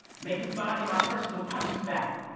make his body my personal bunching bag.